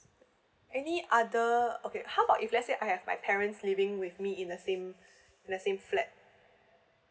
any other okay how about if let's say I have my parents living with me in the same the same flat